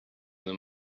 them